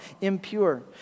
impure